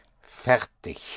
Fertig